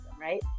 right